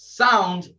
sound